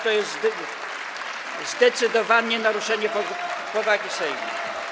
To jest zdecydowanie naruszenie powagi Sejmu.